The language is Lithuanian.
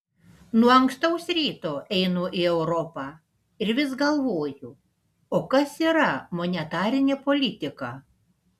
nuo ankstaus ryto einu į europą ir vis galvoju o kas yra monetarinė politika